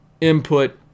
input